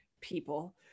people